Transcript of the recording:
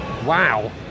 wow